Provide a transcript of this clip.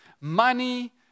money